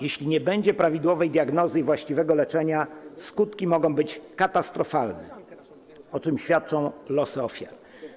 Jeśli nie będzie prawidłowej diagnozy i właściwego leczenia, skutki mogą być katastrofalne, o czym świadczą losy ofiar.